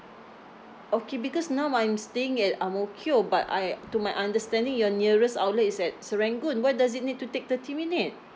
okay because now I'm staying at ang mo kio but I to my understanding your nearest outlet is at serangoon why does it need to take thirty minute